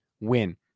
win